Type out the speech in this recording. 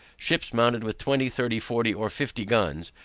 ships mounted with twenty, thirty, forty, or fifty guns,